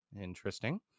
interesting